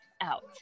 out